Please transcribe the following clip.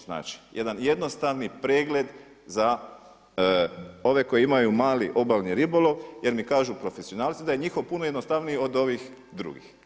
Znači jedan jednostavni pregled za ove koji imaju mali obalni ribolov jer mi kažu profesionalci da njihov puno jednostavniji od ovih drugih.